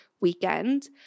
weekend